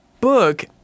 book